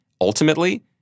Ultimately